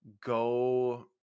go